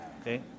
Okay